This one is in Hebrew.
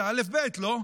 זה אלף-בית, לא?